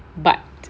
but